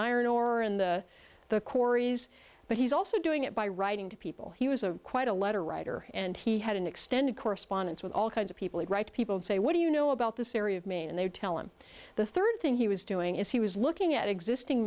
iron ore and the corries but he's also doing it by writing to people he was a quite a letter writer and he had an extended correspondence with all kinds of people who write people and say what do you know about this area of maine and they tell him the third thing he was doing is he was looking at existing